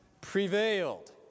prevailed